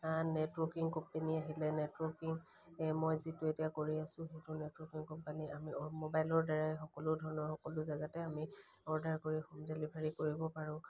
networking company আহিলে networking মই যিটো এতিয়া কৰি আছোঁ সেইটো নেটৱৰ্কিং কোম্পানী আমি মোবাইলৰ দ্বাৰাই সকলো ধৰণৰ সকলো জেগাতে আমি অৰ্ডাৰ কৰি হোম ডেলিভাৰী কৰিব পাৰোঁ